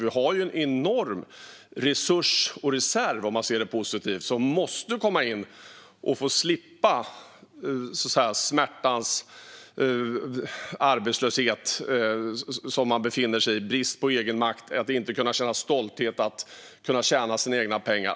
Vi har alltså en enorm resurs och reserv, om man ser det positivt, som måste komma in och få slippa smärtan i att vara arbetslös, sakna egenmakt och inte kunna känna stolthet över att tjäna sina egna pengar.